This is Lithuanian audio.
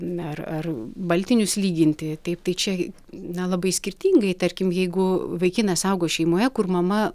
na ar ar baltinius lyginti taip tai čia na labai skirtingai tarkim jeigu vaikinas augo šeimoje kur mama